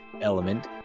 element